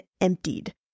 emptied